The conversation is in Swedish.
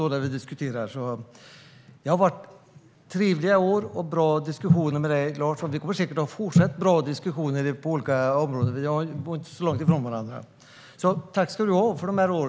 Det har varit trevliga år, och jag har haft trevliga diskussioner med dig, Lars. Det går säkert att fortsätta att ha bra diskussioner, för vi bor inte så långt ifrån varandra. Tack ska du ha för dessa år!